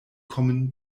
kommen